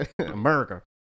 America